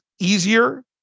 easier